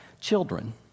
children